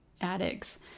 addicts